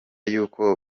y’uko